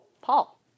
Paul